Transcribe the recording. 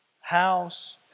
house